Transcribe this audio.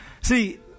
See